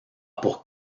pour